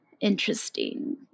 interesting